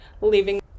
leaving